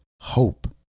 Hope